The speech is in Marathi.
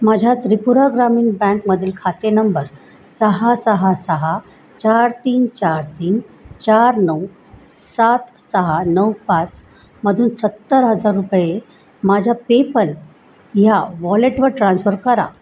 माझ्या त्रिपुरा ग्रामीण बँकमधील खाते नंबर सहा सहा सहा चार तीन चार तीन चार नऊ सात सहा नऊ पाच मधून सत्तर हजार रुपये माझ्या पेपल या वॉलेटवर ट्रान्स्फर करा